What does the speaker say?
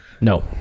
No